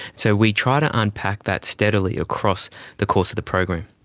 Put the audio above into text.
so we try to unpack that steadily across the course of the program.